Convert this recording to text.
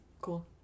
Cool